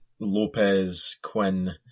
Lopez-Quinn